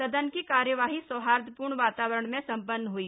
सदन की कार्यवाही सौहार्दपूर्ण वातावरण में सम्पन्न हई